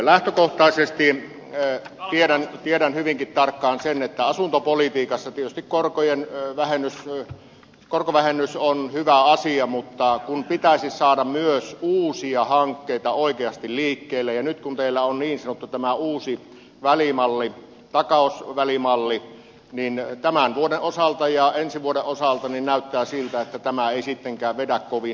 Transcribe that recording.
lähtökohtaisesti tiedän hyvinkin tarkkaan sen että asuntopolitiikassa tietysti korkovähennys on hyvä asia mutta kun pitäisi saada myös uusia hankkeita oikeasti liikkeelle ja nyt kun teillä on tämä niin sanottu uusi välimalli takausvälimalli niin tämän vuoden osalta ja ensi vuoden osalta näyttää siltä että tämä ei sittenkään vedä kovin hyvin